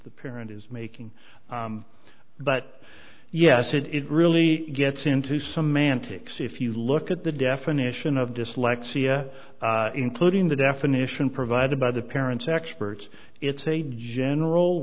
the parent is making but yes it really gets into semantics if you look at the definition of dyslexia including the definition provided by the parents experts it's a general